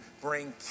bring